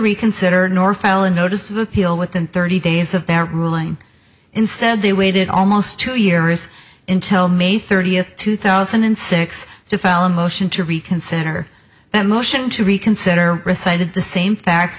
reconsider nor file a notice of appeal within thirty days of their ruling instead they waited almost two years intil may thirtieth two thousand and six to file a motion to reconsider that motion to reconsider decided the same facts